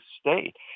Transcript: state